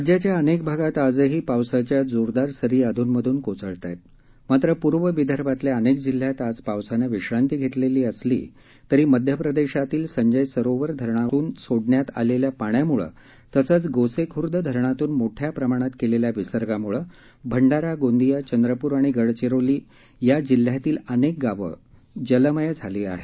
राज्याच्या अनेक भागात आजही पावसाच्या जोरदार सरी अध्नमधून कोसळत आहे मात्र पूर्व विदर्भातल्या अनेक जिल्ह्यात आज पावसानं विश्रांती घेतली असली तरी मध्यप्रदेशातील संजय सरोवर धरणातून सोडण्यात आलेल्या पाण्यामुळे तसंच गोसेखुर्द धरणातून मोठ्य़ा प्रमाणात केलेल्या विसर्गामुळे भंडारा गोंदीया चंद्रपुर आणि गडचिरोली या जिल्ह्यातील अनेक गावं जलमय झाली आहेत